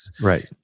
Right